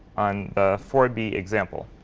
on ah four b example.